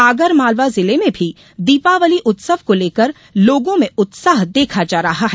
आगरमालवा जिले में भी दीपावली उत्सव को लेकर लोगों में उत्साह देखा जा रहा है